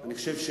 טוב.